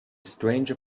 stranger